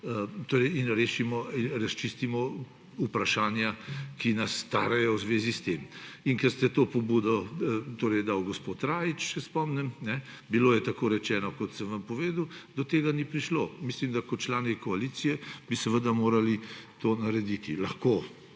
in razčistimo vprašanja, ki nas tarejo v zvezi s tem. In to pobudo ste dali, gospod Rajić, se spomnim, bilo je rečeno tako, kot sem vam povedal, do tega ni prišlo. Mislim, da bi kot člani koalicije seveda morali to narediti. In